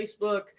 Facebook